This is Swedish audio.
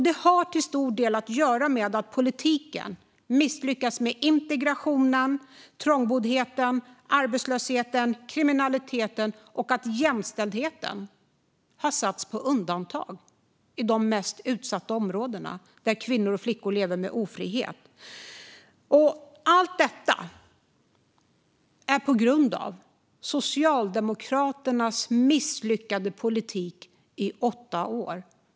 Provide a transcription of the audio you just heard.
Detta har till stor del att göra med att politiken misslyckats när det gäller integrationen, trångboddheten, arbetslösheten och kriminaliteten och att jämställdheten satts på undantag i de mest utsatta områdena, där kvinnor och flickor lever i ofrihet. Allt detta är på grund av Socialdemokraternas misslyckade politik under åtta år.